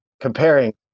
comparing